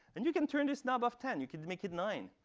and you can turn this knob off ten. you can make it nine.